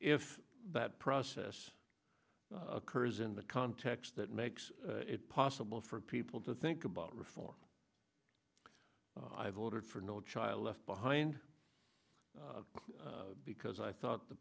if that process occurs in the context that makes it possible for people to think about reform i voted for child left behind because i thought the